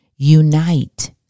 Unite